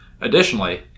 Additionally